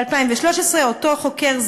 ב-2013 אותו חוקר,